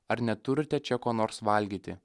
ar neturte čia ko nors valgyti